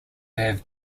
have